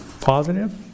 Positive